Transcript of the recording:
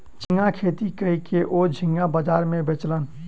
झींगा खेती कय के ओ झींगा बाजार में बेचलैन